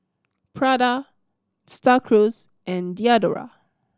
Prada Star Cruise and Diadora